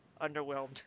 underwhelmed